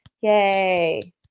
Yay